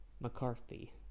McCarthy